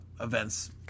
events